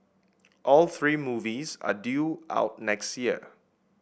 all three movies are due out next year